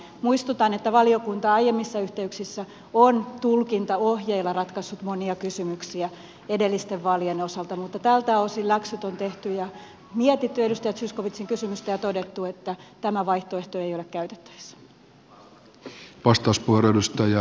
muistutan että valiokunta aiemmissa yhteyksissä on tulkintaohjeilla ratkaissut monia kysymyksiä edellisten vaalien osalta mutta tältä osin läksyt on tehty ja mietitty edustaja zyskowiczin kysymystä ja todettu että tämä vaihtoehto ei ole käytettävissä